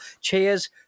Cheers